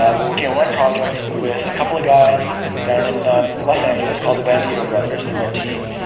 we're working on one project with a couple of guys down in los angeles called the bandito brothers and their team.